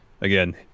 again